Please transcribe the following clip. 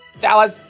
Dallas